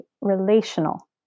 relational